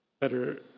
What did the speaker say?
better